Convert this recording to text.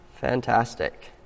Fantastic